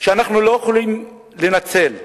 ואנחנו לא יכולים לנצל אותו,